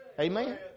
Amen